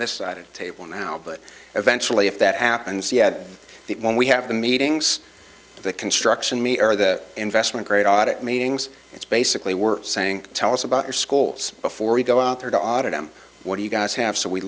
this side of table now but eventually if that happens yet when we have the meetings the construction me or the investment grade audit meetings it's basically we're saying tell us about your schools before you go out there to audit them what do you guys have so we